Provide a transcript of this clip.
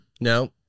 No